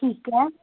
ਠੀਕ ਆ